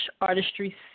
artistry